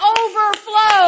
overflow